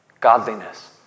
Godliness